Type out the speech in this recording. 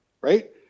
Right